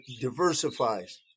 diversifies